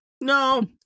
No